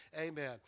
Amen